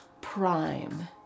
prime